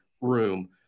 room